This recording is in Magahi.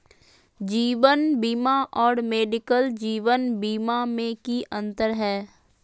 जीवन बीमा और मेडिकल जीवन बीमा में की अंतर है?